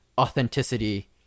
authenticity